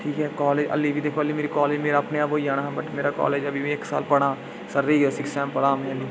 ठीक ऐ कॉलेज ऐल्ली बी दिक्खो कॉलेज मेरा अपने आप होई जाना हा वट मेरा कॉलेज अजें बी इक्क साल पढ़ां